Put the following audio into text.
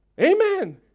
Amen